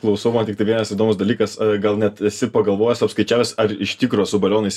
klausau man tik tai vienas įdomus dalykas gal net esi pagalvojęs ar skaičiavęs ar iš tikro su balionais